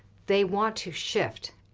they want to shift.